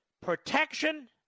protection